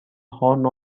horn